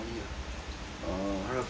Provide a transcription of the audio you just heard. hundred forty four